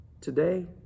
today